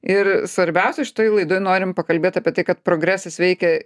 ir svarbiausia šitoj laidoj norim pakalbėt apie tai kad progresas veikia